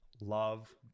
Love